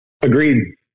Agreed